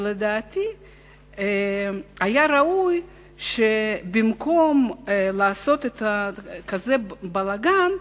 לדעתי היה ראוי שבמקום לעשות כזה בלגן,